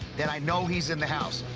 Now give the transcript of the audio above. then i know he's in the house.